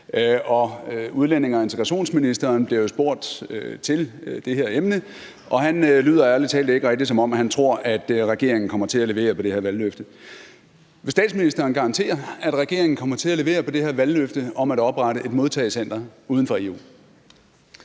Udlændinge- og integrationsministeren blev jo spurgt til det her emne, og han lyder ærlig talt ikke rigtig, som om han tror, at regeringen kommer til at levere på det her valgløfte. Vil statsministeren garantere, at regeringen kommer til at levere på det her valgløfte om at oprette et modtagecenter uden for EU?